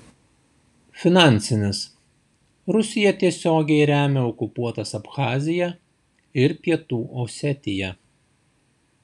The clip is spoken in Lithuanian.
finansinis rusija tiesiogiai remia okupuotas abchaziją ir pietų osetiją